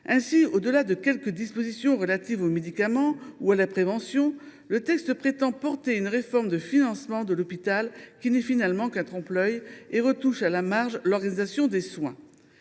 Ainsi, au delà de quelques dispositions concernant le médicament ou la prévention, le texte prétend porter une réforme du financement de l’hôpital qui n’est finalement qu’un trompe l’œil et qui ne retouche qu’à la marge l’organisation des soins.